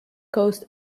coast